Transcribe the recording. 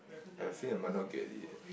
I think I might not get it